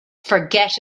forget